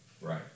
Right